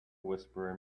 whisperer